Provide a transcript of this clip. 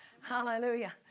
Hallelujah